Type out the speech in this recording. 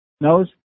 nose